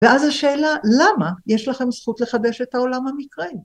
ואז השאלה למה יש לכם זכות לחדש את העולם המקראי?